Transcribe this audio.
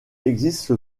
existe